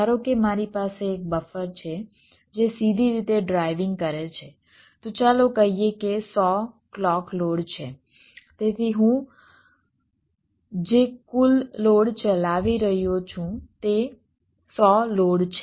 ધારો કે મારી પાસે એક બફર છે જે સીધી રીતે ડ્રાઇવિંગ કરે છે તો ચાલો કહીએ કે 100 ક્લૉક લોડ છે તેથી હું જે કુલ લોડ ચલાવી રહ્યો છું તે 100 લોડ છે